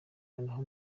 noneho